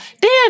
Dan